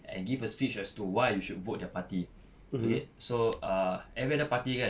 and give a speech as to why you should vote their party okay so ah every other party kan